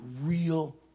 real